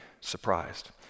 surprised